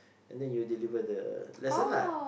and then you deliver the lesson lah